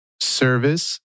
service